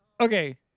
Okay